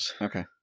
okay